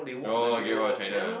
no Great Wall of China